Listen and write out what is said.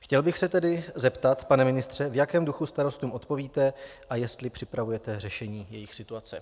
Chtěl bych se tedy zeptat, pane ministře, v jakém duchu starostům odpovíte a jestli připravujete řešení jejich situace.